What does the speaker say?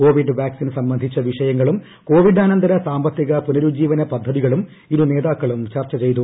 Covid vaccine സംബന്ധിച്ച വീഷയങ്ങളും കോവിഡാനന്തര സാമ്പത്തിക പുനരുജ്ജീവര് പദ്ധതികളും ഇരുനേതാക്കളും ചർച്ച ചെയ്തു